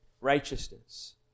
righteousness